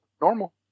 normal